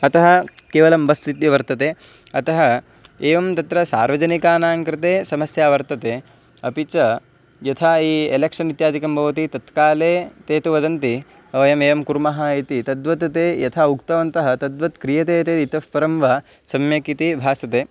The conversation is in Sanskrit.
अतः केवलं बस् इति वर्तते अतः एवं तत्र सार्वजनिकानाङ् कृते समस्या वर्तते अपि च यथा एव एलेक्षन् इत्यादिकं भवति तत्काले ते तु वदन्ति वयम् एवं कुर्मः इति तद्वत् ते यथा उक्तवन्तः तद्वत् क्रियते इते इतः परं वा सम्यक् इति भासते